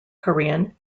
korean